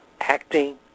acting